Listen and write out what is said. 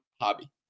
hobby